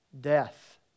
death